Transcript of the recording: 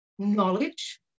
knowledge